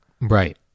Right